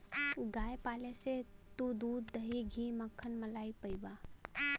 गाय पाले से तू दूध, दही, घी, मक्खन, मलाई पइबा